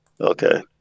Okay